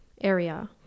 area